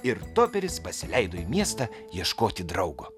ir toperis pasileido į miestą ieškoti draugo